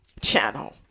channel